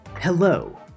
Hello